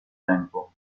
tempo